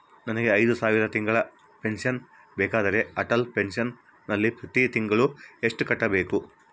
ನನಗೆ ಐದು ಸಾವಿರ ತಿಂಗಳ ಪೆನ್ಶನ್ ಬೇಕಾದರೆ ಅಟಲ್ ಪೆನ್ಶನ್ ನಲ್ಲಿ ಪ್ರತಿ ತಿಂಗಳು ಎಷ್ಟು ಕಟ್ಟಬೇಕು?